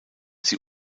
sie